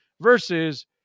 versus